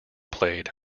played